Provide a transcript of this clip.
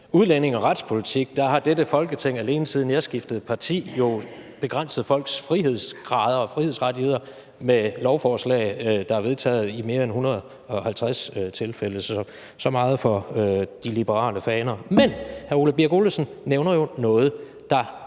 udlændinge- og retspolitik har dette Folketing alene, siden jeg skiftede parti, jo begrænset folks frihedsgrader og frihedsrettigheder med lovforslag, der er vedtaget, i mere end 150 tilfælde – så så meget for de liberale faner. Men hr. Ole Birk Olesen nævner jo noget, der